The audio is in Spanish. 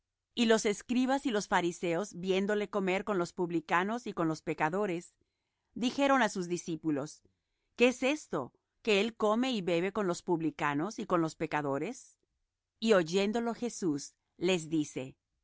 y los escribas y los fariseos viéndole comer con los publicanos y con los pecadores dijeron á sus discípulos qué es esto que él come y bebe con los publicanos y con los pecadores y oyéndolo jesús les dice